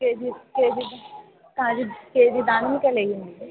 KG kg kg kg దానిమ్మ కాయలెయ్యండి